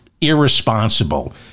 irresponsible